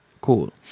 cool